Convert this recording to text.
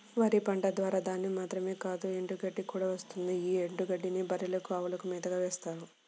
వరి పంట ద్వారా ధాన్యం మాత్రమే కాదు ఎండుగడ్డి కూడా వస్తుంది యీ ఎండుగడ్డినే బర్రెలకు, అవులకు మేతగా వేత్తారు